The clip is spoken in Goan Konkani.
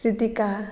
कृतीका